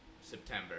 September